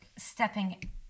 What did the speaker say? stepping